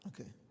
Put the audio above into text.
Okay